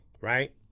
right